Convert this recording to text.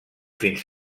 fins